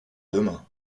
demain